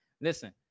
listen